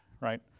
right